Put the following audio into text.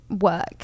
work